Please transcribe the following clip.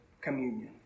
communion